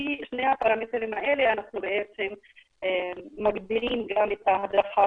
לפי שני הפרמטרים האלה אנחנו מגדירים גם את ההדרכה